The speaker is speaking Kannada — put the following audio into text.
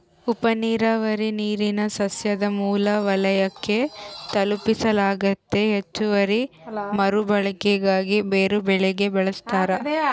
ಉಪನೀರಾವರಿ ನೀರನ್ನು ಸಸ್ಯದ ಮೂಲ ವಲಯಕ್ಕೆ ತಲುಪಿಸಲಾಗ್ತತೆ ಹೆಚ್ಚುವರಿ ಮರುಬಳಕೆಗಾಗಿ ಬೇರೆಬೆಳೆಗೆ ಬಳಸ್ತಾರ